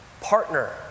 Partner